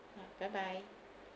bye bye